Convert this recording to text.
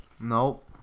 Nope